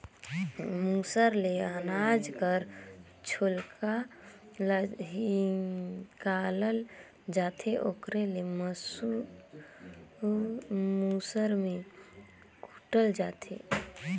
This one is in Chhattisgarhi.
मूसर ले अनाज कर छोकला ल हिंकालल जाथे ओकरे ले मूसर में कूटल जाथे